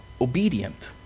obedient